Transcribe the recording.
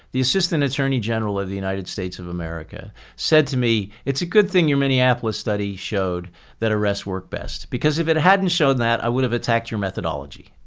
the assistant attorney general of the united states of america said to me, it's a good thing you're minneapolis' study showed that arrests work best because if it hadn't shown that, i would have attacked your methodology.